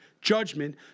judgment